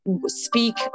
speak